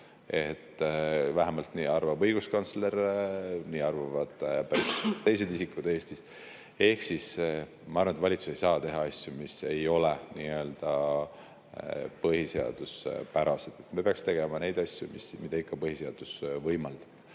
Vähemalt nii arvab õiguskantsler, nii arvavad teised isikud Eestis. Ehk siis, ma arvan, et valitsus ei saa teha asju, mis ei ole nii-öelda põhiseaduspärased. Me peaks tegema neid asju, mida põhiseadus võimaldab,